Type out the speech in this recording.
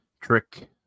Trick